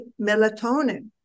melatonin